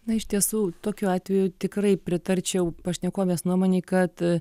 na iš tiesų tokiu atveju tikrai pritarčiau pašnekovės nuomonei kad